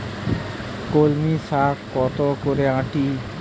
কলমি শাখ কত করে আঁটি?